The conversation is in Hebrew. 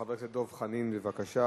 חבר הכנסת דב חנין, ואחריו,